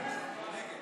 נגד.